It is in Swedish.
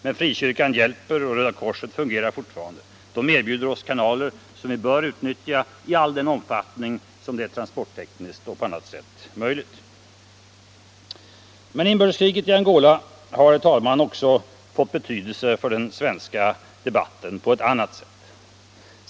Men Frikyrkan Hjälper och Röda Korset fungerar fortfarande. De erbjuder oss kanaler som vi bör utnyttja i all den omfattning som det är transporttekniskt och på annat sätt möjligt. Men inbördeskriget i Angola har, herr talman, också fått betydelse för den svenska debatten på ett annat sätt.